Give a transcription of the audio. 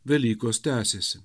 velykos tęsiasi